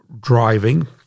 driving